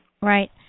Right